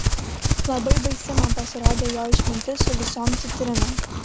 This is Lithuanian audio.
labai baisi man pasirodė jo išmintis su visom citrinom